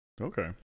Okay